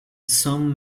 some